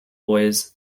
boys